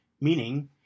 Meaning